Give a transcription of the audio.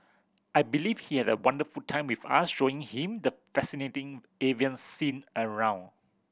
I believe he had a wonderful time with us showing him the fascinating avian scene around